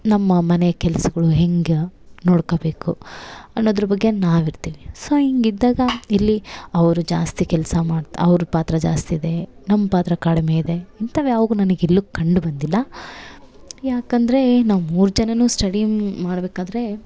ನಮ್ಮ ಮನೆ ಕೆಲ್ಸಗಳು ಹೆಂಗೆ ನೋಡ್ಕೊಬೇಕು ಅನ್ನೋದ್ರ ಬಗ್ಗೆ ನಾವಿರ್ತೀವಿ ಸೋ ಹಿಂಗಿದ್ದಾಗ ಇಲ್ಲಿ ಅವ್ರು ಜಾಸ್ತಿ ಕೆಲಸ ಮಾಡ್ತ ಅವ್ರ ಪಾತ್ರ ಜಾಸ್ತಿ ಇದೆ ನಮ್ಮ ಪಾತ್ರ ಕಡಿಮೆ ಇದೆ ಇಂಥವ್ ಯಾವಗೂ ನನಗೆ ಎಲ್ಲೂ ಕಂಡು ಬಂದಿಲ್ಲ ಯಾಕಂದರೆ ನಾವು ಮೂರು ಜನ ಸ್ಟಡಿ ಮಾಡಬೇಕಾದ್ರೆ